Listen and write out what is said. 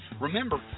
Remember